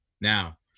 Now